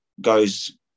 goes